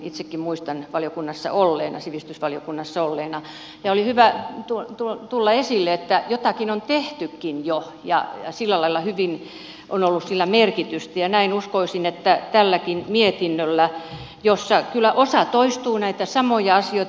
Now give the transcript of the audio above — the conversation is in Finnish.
itsekin muistan sen sivistysvaliokunnassa olleena ja oli hyvä tulla esille että jotakin on tehtykin jo ja sillä lailla hyvin on ollut sillä merkitystä ja näin uskoisin että on tälläkin mietinnöllä jossa kyllä osa on näitä samoja asioita